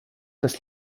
dass